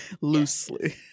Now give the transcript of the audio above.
loosely